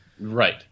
Right